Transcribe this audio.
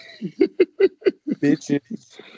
bitches